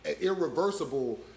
irreversible